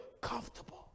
comfortable